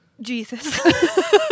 Jesus